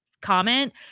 comment